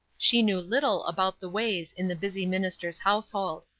she knew little about the ways in the busy minister's household.